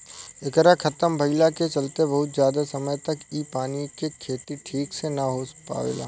एकरा खतम भईला के चलते बहुत ज्यादा समय तक इ पानी मे के खेती ठीक से ना हो पावेला